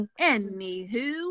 anywho